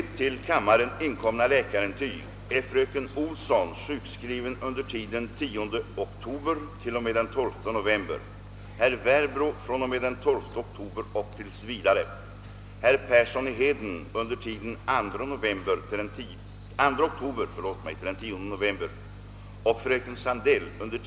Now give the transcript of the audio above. Till kammarens ledamöter har vidare utdelats förteckningar över dels propositioner avsedda att föreläggas höstsessionen, dels uppskov till höstsessionen med behandlingen av vissa ärenden. Omedelbart efter detta plenums slut demonstreras den nya voteringsanläggningen.